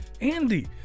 Andy